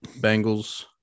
Bengals